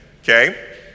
okay